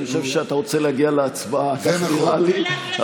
אני חושב שאתה רוצה להגיע להצבעה, ככה נראה לי.